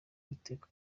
uwiteka